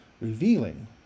revealing